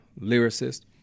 lyricist